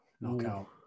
Knockout